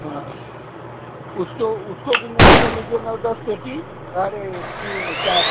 हाँ उसको उसको भी नोट कर लीजिए नौ दस पेटी अरे तीन चार